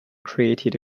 created